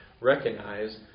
recognize